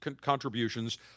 contributions